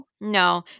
no